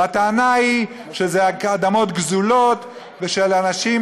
והטענה היא שאלה אדמות גזולות של אנשים,